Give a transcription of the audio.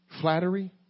flattery